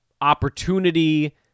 opportunity